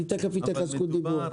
תיכף אתן לך רשות דיבור.